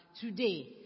today